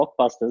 blockbusters